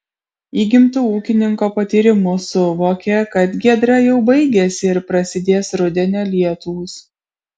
įgimtu ūkininko patyrimu suvokė kad giedra jau baigiasi ir prasidės rudenio lietūs